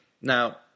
Now